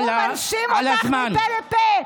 הוא מנשים אותך מפה לפה.